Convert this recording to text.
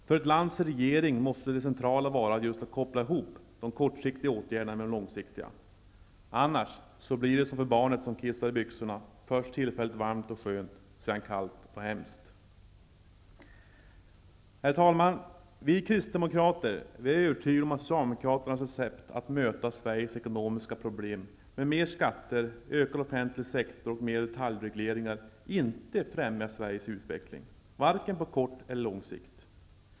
För ett lands regering måste det centrala vara att koppla ihop de kortsiktiga åtgärderna med de långsiktiga. Annars blir det som för barnet som kissar i byxorna -- först tillfälligt varmt och skönt, sedan kallt och hemskt. Herr talman! Vi kristdemokrater är övertygade om att socialdemokraternas recept att möta Sveriges ekonomiska problem med mer skatter, ökad offentlig sektor och mer av detaljregleringar inte främjar Sveriges utveckling vare sig på kort eller på lång sikt.